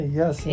yes